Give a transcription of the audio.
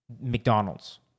McDonald's